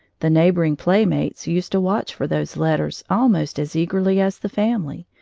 the neighboring playmates used to watch for those letters almost as eagerly as the family,